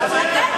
אתם